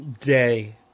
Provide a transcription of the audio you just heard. day